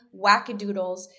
wackadoodles